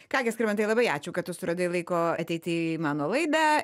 ką gi skirmantai labai ačiū kad tu suradai laiko ateiti į mano laidą